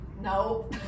No